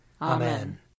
Amen